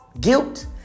guilt